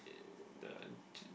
the J~